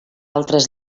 altres